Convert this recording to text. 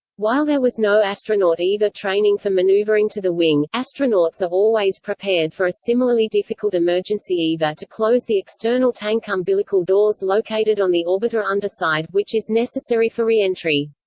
while there was no astronaut eva training for maneuvering to the wing, astronauts are always prepared for a similarly difficult emergency eva to close the external tank umbilical doors located on the orbiter underside, which is necessary for reentry.